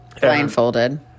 Blindfolded